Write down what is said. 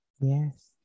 Yes